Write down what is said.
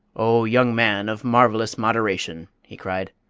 o young man of marvellous moderation! he cried.